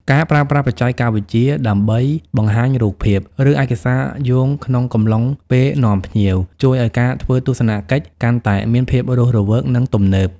ការប្រើប្រាស់បច្ចេកវិទ្យាដើម្បីបង្ហាញរូបភាព ឬឯកសារយោងក្នុងកំឡុងពេលនាំភ្ញៀវ ជួយឱ្យការធ្វើទស្សនកិច្ចកាន់តែមានភាពរស់រវើក និងទំនើប។